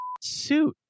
suit